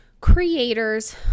creators